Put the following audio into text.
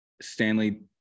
Stanley